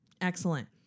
excellent